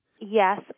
Yes